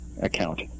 account